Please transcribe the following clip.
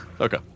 Okay